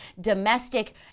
domestic